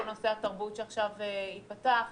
כל נושא התרבות שעכשיו ייפתח,